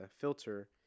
filter